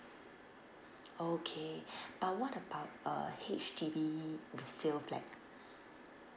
okay but what about uh H_D_B resale flat